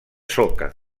soca